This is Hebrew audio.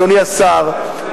אדוני השר,